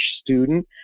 student